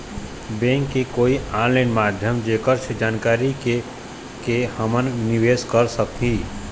Bank के कोई online माध्यम जेकर से जानकारी के के हमन निवेस कर सकही?